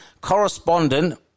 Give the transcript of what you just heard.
correspondent